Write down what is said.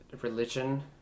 religion